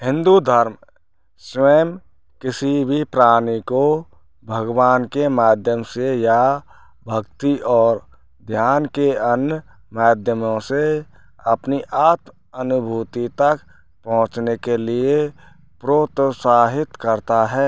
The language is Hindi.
हिंदू धर्म स्वयं किसी भी प्राणी को भगवान के माध्यम से या भक्ति और ध्यान के अन्य माध्यमों से अपनी आत अनुभूति तक पहुँचने के लिए प्रोत्साहित करता है